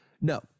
No